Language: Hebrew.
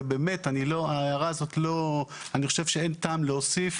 ובאמת ההערה הזאת, אני חושב שאין טעם להוסיף